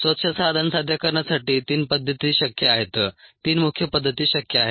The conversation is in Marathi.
स्वच्छ साधन साध्य करण्यासाठी तीन पद्धती शक्य आहेत तीन मुख्य पद्धती शक्य आहेत